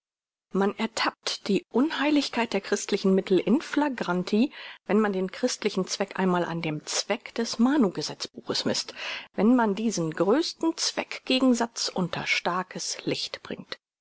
man ertappt die unheiligkeit der christlichen mittel in flagranti wenn man den christlichen zweck einmal an dem zweck des manu gesetzbuches mißt wenn man diesen größten zweck gegensatz unter starkes licht bringt